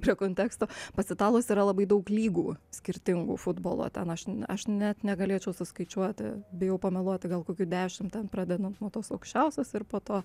prie konteksto pas italus yra labai daug lygų skirtingų futbolo ten aš aš net negalėčiau suskaičiuoti bijau pameluoti gal kokių dešimt ten pradedant nuo tos aukščiausios ir po to